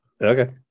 Okay